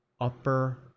Upper